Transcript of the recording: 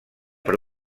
per